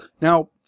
Now